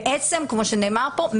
כמו שנאמר פה,